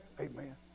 Amen